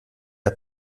der